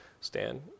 Stan